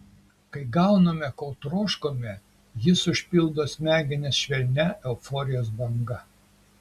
kai gauname ko troškome jis užpildo smegenis švelnia euforijos banga